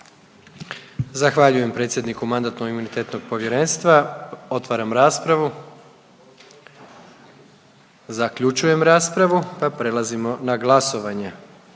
Zahvaljujem predsjedniku MIP-a. Otvaram raspravu, zaključujem raspravu, pa prelazimo na glasovanje.